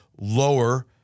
lower